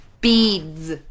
Beads